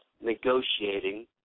negotiating